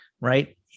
right